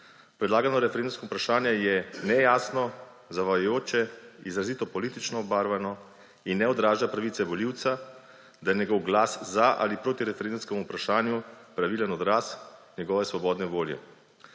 Predlagano referendumsko vprašanje je nejasno, zavajajoče, izrazito politično obarvano in ne odraža pravice volivca, da je njegov glas za ali proti referendumskemu vprašanju pravilen odraz njegove svobodne volje.